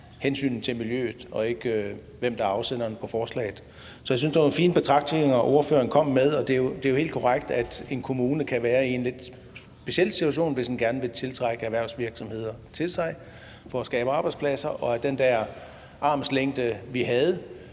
hensynet til miljøet og ikke, hvem der er afsenderen på forslaget. Jeg synes, det var nogle fine betragtninger, ordføreren kom med, og det er jo helt korrekt, at en kommune kan være i en lidt speciel situation, hvis den gerne vil tiltrække erhvervsvirksomheder for at skabe arbejdspladser. Den der armslængde, vi havde,